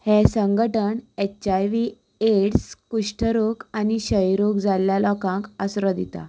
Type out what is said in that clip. हें संघटण H I V AIDS कुश्ठरोग आनी क्षयरोग जाल्ल्या लोकांक आसरो दिता